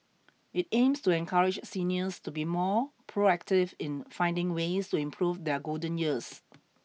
it aims to encourage seniors to be more proactive in finding ways to improve their golden years